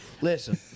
Listen